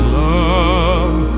love